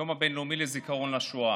היום הבין-לאומי לזיכרון השואה.